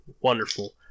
wonderful